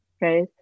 Right